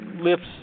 lifts